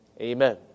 amen